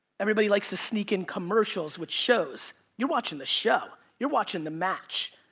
everybody likes to sneak in commercials with shows. you're watching the show, you're watching the match.